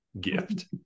gift